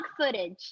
footage